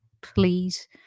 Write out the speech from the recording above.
please